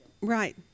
Right